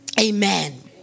Amen